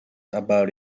about